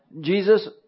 Jesus